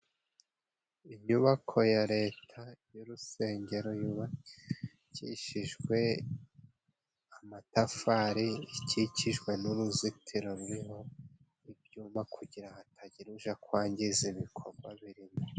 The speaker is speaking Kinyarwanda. Inyubako ya Leta y'urusengero yubakishijwe amatafari ikikijwe n'uruzitiro ruriho ibyuma kugira hatagira uja kwangiza ibikorwa birimo.